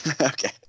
Okay